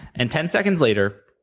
and ten seconds later,